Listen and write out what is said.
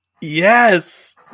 Yes